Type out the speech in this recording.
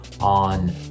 on